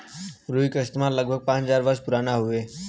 रुई क इतिहास लगभग पाँच हज़ार वर्ष पुराना हउवे